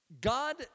God